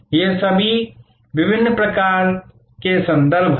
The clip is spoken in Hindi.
ये सभी विभिन्न प्रकार के संदर्भ हैं